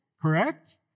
correct